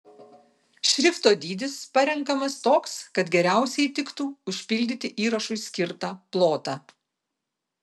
šrifto dydis parenkamas toks kad geriausiai tiktų užpildyti įrašui skirtą plotą